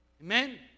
Amen